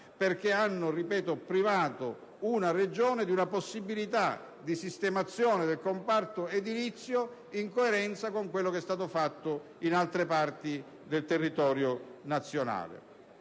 perché hanno privato una Regione di una possibilità di sistemazione del comparto edilizio in coerenza con quello che è stato fatto in altre parti del territorio nazionale.